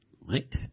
Right